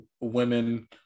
women